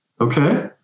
okay